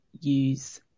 use